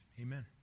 amen